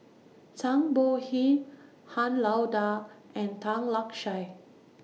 Zhang Bohe Han Lao DA and Tan Lark Sye